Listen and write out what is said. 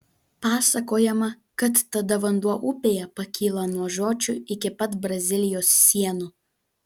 pasakojama kad tada vanduo upėje pakyla nuo žiočių iki pat brazilijos sienų